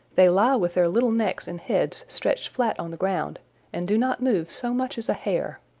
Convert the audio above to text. they lie with their little necks and heads stretched flat on the ground and do not move so much as a hair.